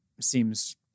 seems